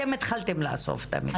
אתם התחלתם לאסוף את המידע.